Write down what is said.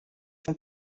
sont